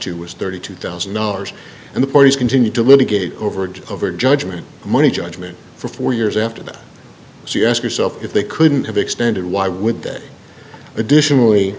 to was thirty two thousand dollars and the parties continued to litigate over and over judgment money judgment for four years after that so you ask yourself if they couldn't have extended why would they additionally